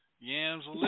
Yam's